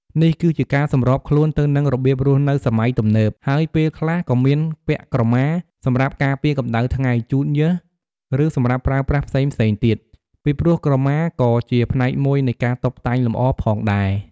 នេះគឺជាការសម្របខ្លួនទៅនឹងរបៀបរស់នៅសម័យទំនើប ហើយពេលខ្លះក៏មានពាក់ ក្រមា សម្រាប់ការពារកម្ដៅថ្ងៃ ជូតញើស ឬសម្រាប់ប្រើប្រាស់ផ្សេងៗទៀត ពីព្រោះក្រមាក៏ជាផ្នែកមួយនៃការតុបតែងលម្អផងដែរ។